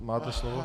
Máte slovo.